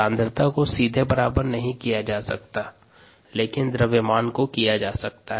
सांद्रता को सीधे बराबर नहीं किया जा सकता है लेकिन द्रव्यमान को किया जा सकता है